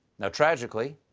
now, tragically,